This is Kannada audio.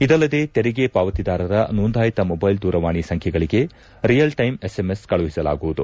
ಇದಲ್ಲದೆ ತೆರಿಗೆ ಪಾವತಿದಾರರ ನೋಂದಾಯಿತ ಮೊಬ್ಲೆಲ್ ದೂರವಾಣಿ ಸಂಖ್ಲೆಗಳಿಗೆ ರಿಯಲ್ ಟೈಮ್ ಎಸ್ಎಂಎಸ್ ಕಳುಹಿಸಲಾಗುವುದು